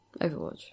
overwatch